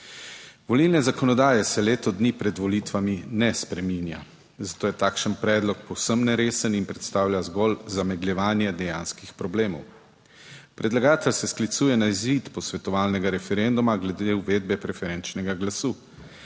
Volilne zakonodaje se leto dni pred volitvami ne spreminja, zato je takšen predlog povsem neresen in predstavlja zgolj zamegljevanje dejanskih problemov. Predlagatelj se sklicuje na izid posvetovalnega referenduma glede uvedbe preferenčnega glasu.